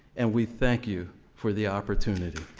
and we thank you for the opportunity.